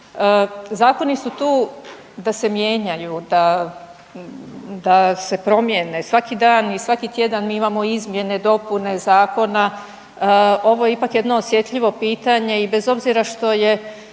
zakoni su tu da se mijenjaju, da se promijene. Svaki dan i svaki tjedan mi imamo izmjene, dopune zakona. Ovo je ipak jedno osjetljivo pitanje i bez obzira što je